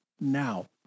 now